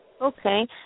Okay